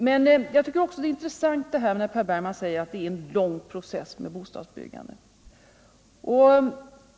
Det är intressant när Per Bergman säger att bostadsbyggandet är en lång process.